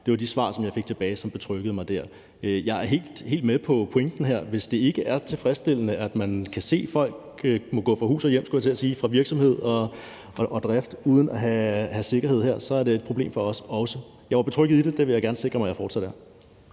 Det var de svar, jeg fik tilbage, som betryggede mig der. Jeg er helt med på pointen her. Hvis det ikke er tilfredsstillende og man kan se, at folk må gå fra hus og hjem, skulle jeg til at sige – fra virksomhed og drift – uden at have sikkerhed her, så er det også et problem for os. Jeg var betrygget i det. Det vil jeg gerne sikre mig at jeg fortsat er.